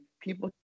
people